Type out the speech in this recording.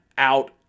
Out